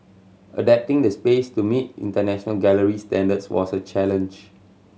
adapting the space to meet international gallery standards was a challenge